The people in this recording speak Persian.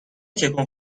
تکون